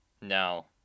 no